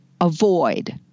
avoid